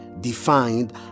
defined